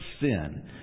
sin